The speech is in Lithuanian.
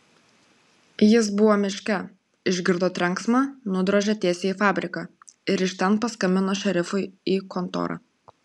jis buvo miške išgirdo trenksmą nudrožė tiesiai į fabriką ir iš ten paskambino šerifui į kontorą